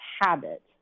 habit